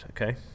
okay